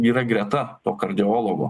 yra greta to kardiologo